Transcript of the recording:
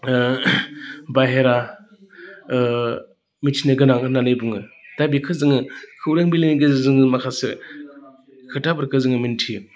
बाहेरा मिथिनोगोनां होननानै बुङो दा बेखौ जोङो खौरां बिलाइनि गेजेरजोंनो माखासे खोथाफोरखौ जोङो मोन्थियो